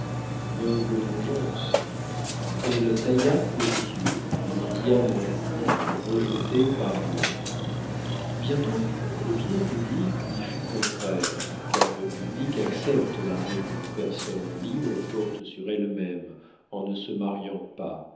noble vengeance elle tailla pour dieu le diamant brut rejeté par l'homme bientôt l'opinion publique lui fut contraire car le public accepte l'arrêt qu'une personne libre porte sur elle-même en ne se mariant pas